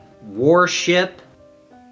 warship